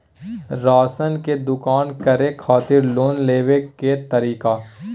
Ration के दुकान करै खातिर लोन लेबै के तरीका?